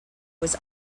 was